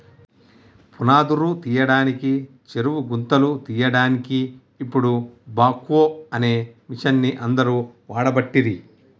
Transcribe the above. పునాదురు తీయడానికి చెరువు గుంతలు తీయడాన్కి ఇపుడు బాక్వో అనే మిషిన్ని అందరు వాడబట్టిరి